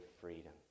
freedom